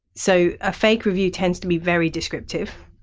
so a fake review tends to be very descriptive,